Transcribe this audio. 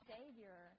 Savior